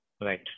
Right